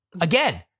Again